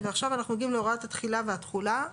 ועכשיו אנחנו מגיעים להוראת התחילה והתחולה,